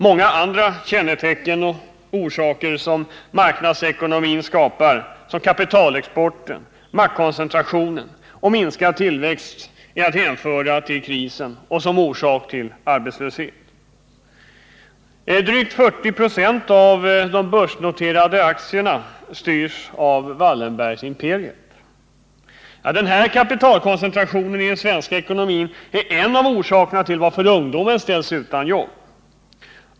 Många andra faktorer som kännetecknar marknadsekonomin — som kapitalexport, maktkoncentration och minskad tillväxt — är att betrakta som orsaker till krisen och till arbetslösheten. Drygt 40 26 av de börsnoterade aktierna styrs av Wallenbergimperiet. Denna kapitalkoncentration i den svenska ekonomin är en av orsakerna till att ungdomen ställs utanför jobben.